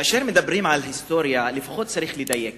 כאשר מדברים על היסטוריה, לפחות צריך לדייק.